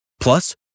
Plus